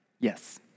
Yes